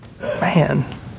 Man